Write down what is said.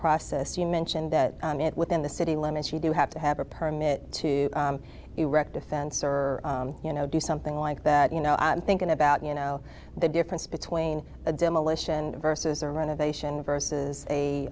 process you mentioned that within the city limits you do have to have a permit to erect a fence or you know do something like that you know thinking about you know the difference between a demolition versus a renovation versus a